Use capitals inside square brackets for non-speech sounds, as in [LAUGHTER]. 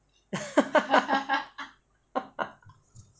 [LAUGHS]